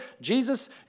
Jesus